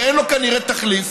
שאין לו כנראה תחליף,